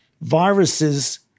viruses